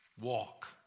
walk